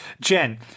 jen